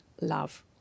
love